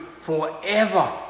forever